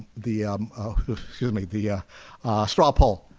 the excuse me the ah straw poll